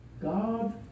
God